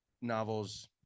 novels